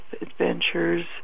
adventures